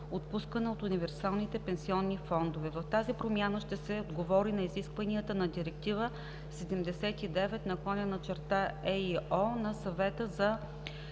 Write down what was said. отпускана от универсалните пенсионни фондове. С тази промяна ще се отговори на изискванията на Директива 79/ЕИО на Съвета за